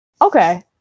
Okay